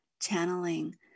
channeling